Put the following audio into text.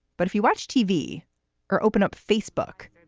but if you watch tv or open up facebook,